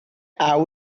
are